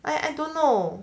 I I don't know